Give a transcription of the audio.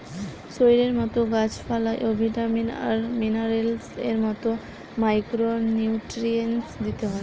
শরীরের মতো গাছ পালায় ও ভিটামিন আর মিনারেলস এর মতো মাইক্রো নিউট্রিয়েন্টস দিতে হয়